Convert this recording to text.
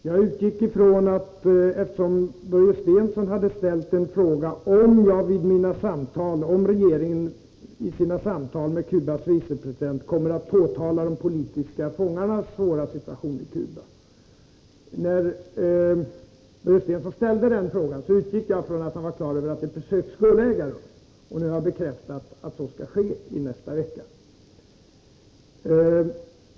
Fru talman! Eftersom Börje Stensson hade ställt frågan om regeringen i sina samtal med vice president Rodriguez kommer att påtala de politiska fångarnas svåra situation i Cuba, utgick jag från att han var på det klara med att ett besök skulle äga rum. Jag har nu bekräftat att så skall ske i nästa vecka.